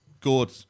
good